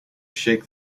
shake